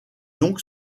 donc